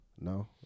No